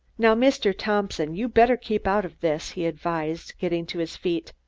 now, mr. thompson, you better keep out of this, he advised, getting to his feet.